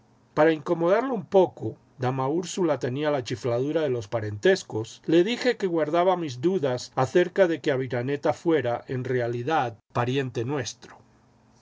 para incomodarla un poco dama úrsula tenía la chifladura de los parentescos le dije que guardaba mis dudas acerca de que aviraneta fuera en realidad pariente nuestro